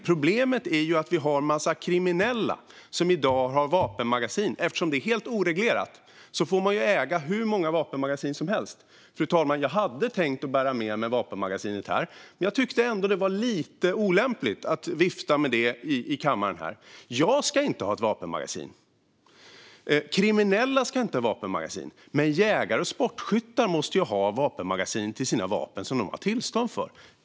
Problemet är att vi har en massa kriminella som i dag har vapenmagasin. Eftersom det är helt oreglerat får man äga hur många vapenmagasin som helst. Fru talman! Jag hade tänkt bära med mig vapenmagasinet hit, men jag tyckte ändå att det var lite olämpligt att vifta med det i kammaren. Jag ska inte ha ett vapenmagasin. Kriminella ska inte ha vapenmagasin. Men jägare och sportskyttar måste ju ha vapenmagasin till de vapen som de har tillstånd för.